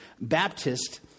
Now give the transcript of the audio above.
Baptist